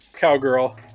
Cowgirl